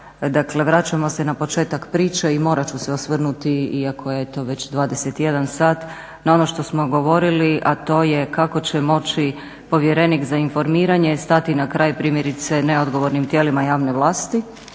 Dakle vraćamo se na početak priče i morat ću se osvrnuti iako je eto već 21,00 sat na ono što smo govorili, a to je kako će moći povjerenik za informiranje stati na kraj primjerice neodgovornim tijelima javne vlasti